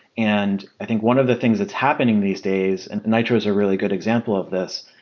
and i think one of the things that's happening these days, and nitro is a really good example of this,